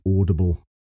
audible